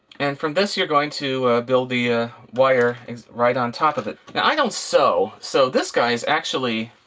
and from this, you're going to build the ah wire right on top of it. now i don't sew, so this guy's actually,